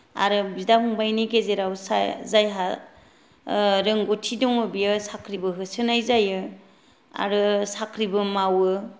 आरो बिदा फंबायनि गेजेराव जायहा रोंगौथि दङ बिसो साख्रिबो होसोनाय जायो आरो साख्रिबो मावो